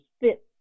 fit